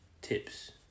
tips